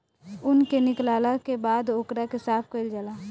ऊन के निकालला के बाद ओकरा के साफ कईल जाला